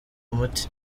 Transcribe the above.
umuti